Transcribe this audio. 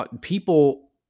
People